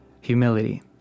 humility